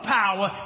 power